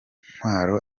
ntwaro